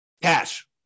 Cash